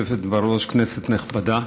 כבוד היושבת בראש, כנסת נכבדה,